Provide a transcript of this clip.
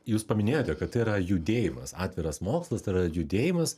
jūs paminėjote kad tai yra judėjimas atviras mokslas tai yra judėjimas